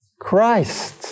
Christ